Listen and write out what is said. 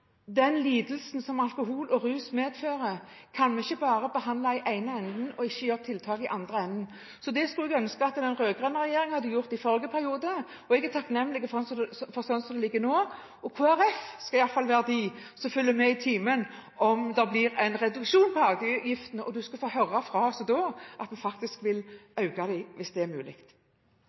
den lidelsen som alkohol og rus medfører, kan vi ikke bare behandle i den ene enden uten å sette inn tiltak i den andre. Så jeg skulle ønske at den rød-grønne regjeringen hadde gjort det i forrige periode, og jeg er takknemlig for at det ligger an slik som det gjør nå. Kristelig Folkeparti skal iallfall være de som følger med i timen om det blir en reduksjon i avgiften, og du skal få høre fra oss da – at vi faktisk vil øke hvis det er mulig.